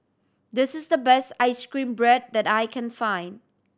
this is the best ice cream bread that I can find